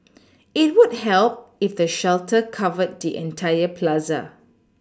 it would help if the shelter covered the entire Plaza